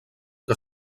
que